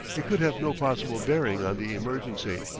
it could have no possible bearing on the emergency.